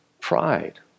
pride